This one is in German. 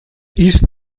ist